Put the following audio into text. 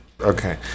Okay